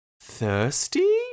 thirsty